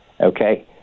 Okay